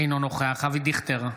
אינו נוכח אבי דיכטר,